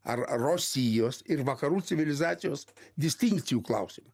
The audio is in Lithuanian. ar ar rosijos ir vakarų civilizacijos distinkcijų klausimą